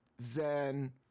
zen